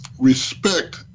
respect